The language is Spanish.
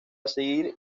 seguir